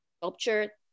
sculpture